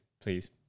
please